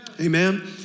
Amen